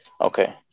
okay